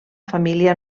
família